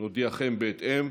נודיעכם בהתאם.